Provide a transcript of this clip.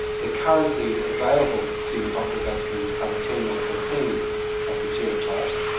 the currently available pneumococcal vaccines covered ten or thirteen of the serotypes,